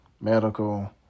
medical